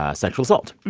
ah sexual assault.